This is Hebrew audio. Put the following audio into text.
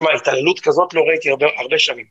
מה, התעללות כזאת לא ראיתי הרבה שנים.